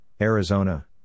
Arizona